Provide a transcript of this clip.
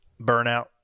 burnout